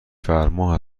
فرما